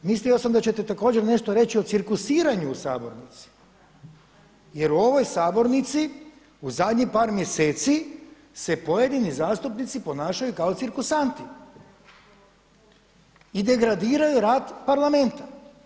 Mislio sam da ćete također nešto reći o cirkusiranju u sabornici jer u ovoj sabornici u zadnjih par mjeseci se pojedini zastupnici ponašaju kao cirkusanti i degradiraju rad Parlamenta.